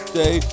day